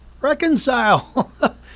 reconcile